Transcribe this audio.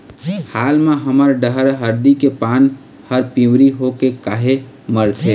हाल मा हमर डहर हरदी के पान हर पिवरी होके काहे मरथे?